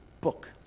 book